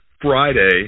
Friday